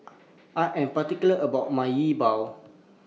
I Am particular about My Yi Bua